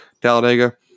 Talladega